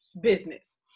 business